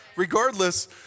regardless